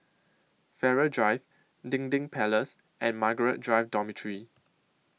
Farrer Drive Dinding Place and Margaret Drive Dormitory